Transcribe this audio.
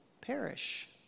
perish